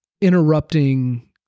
interrupting